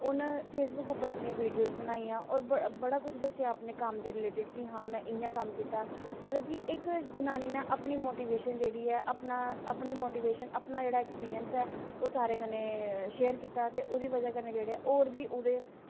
उन्न फेसबुक पर अपनियां बीडियोस बनाइयां होर बड़ा कुछ दस्सेआ अपने कम्म दे रिलेटिड़ कि हां में इ'यां कम्म कीता मतलब कि इक जनानी नै अपनी मोटिवेशन जेह्ड़ी अपनी मोटिवेशन अपना जेह्ड़ा अक्सपिरिंस ऐ ओह् सारें कन्नै शेयर कीता ते ओह्दी बजह कन्नै होर बी जेह्ड़े